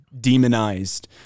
demonized